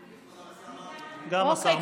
אוקיי.